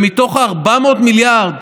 מתוך ה-400 מיליארד,